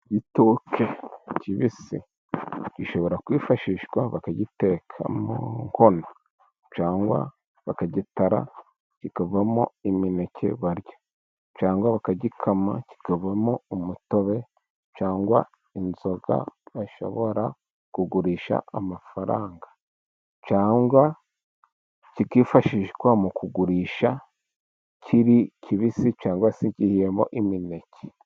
Igitoke kibisi gishobora kwifashishwa bakagiteka, mu nkono cyangwa bakagitara kikavamo imineke barya, cyangwa bakagikama kikavamo umutobe cyangwa inzoga, bashobora kugurisha amafaranga cyangwa kikifashishwa mu kugurisha, kiri kibisi cyangwa se gihiyemo imineke.